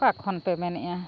ᱚᱠᱟ ᱠᱷᱚᱱ ᱯᱮ ᱢᱮᱱᱮᱜᱼᱟ